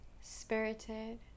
spirited